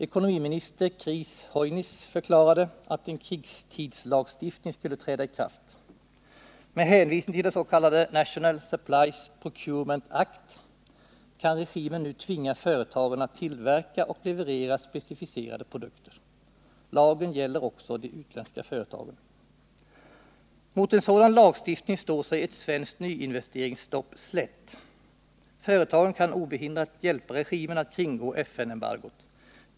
Ekonomiminister Chris Heunis förklarade att en krigstidslagstiftning skulle träda i kraft. Med hänvisning till den s k National Supplies Procurement Act kan regimen nu tvinga företagen att tillverka och leverera specificerade produkter. Lagen gäller också de utländska företagen. Mot en sådan lagstiftning står sig ett svenskt nyinvesteringsstopp slätt. Företagen kan obehindrat hjälpa regimen att kringgå FN-embargot.